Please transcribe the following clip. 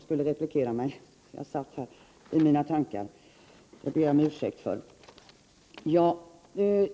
Herr talman!